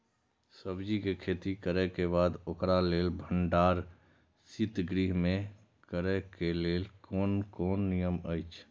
सब्जीके खेती करे के बाद ओकरा लेल भण्डार शित गृह में करे के लेल कोन कोन नियम अछि?